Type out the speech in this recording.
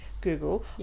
google